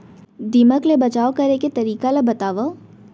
दीमक ले बचाव करे के तरीका ला बतावव?